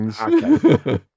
okay